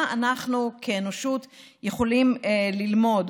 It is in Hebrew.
מה אנחנו כאנושות יכולים ללמוד,